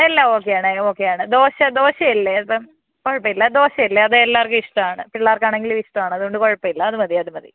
എല്ലാൻ okay ആണ് okay ആണ് ദോശ ദോശ അല്ലേ അപ്പം കുഴപ്പമില്ല ദോശ അല്ലേ അത് എല്ലാവർക്കും ഇഷ്ടമാണ് പിള്ളേർക്കാണെങ്കിലും ഇഷ്ടമാണ് അതുകൊണ്ട് കുഴപ്പമില്ല അത് മതി അത് മതി